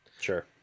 Sure